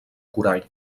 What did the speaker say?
corall